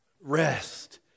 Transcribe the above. Rest